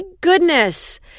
goodness